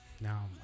Now